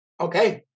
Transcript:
Okay